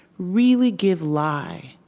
really give lie